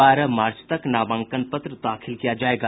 बारह मार्च तक नामांकन पत्र दाखिल किया जायेगा